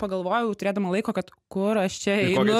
pagalvojau turėdama laiko kad kur aš čia einu